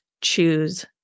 Choose